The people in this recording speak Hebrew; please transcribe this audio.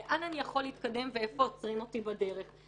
לאן אני יכול להתקדם ואיפה עוצרים אותי בדרך?